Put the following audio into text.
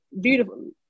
Beautiful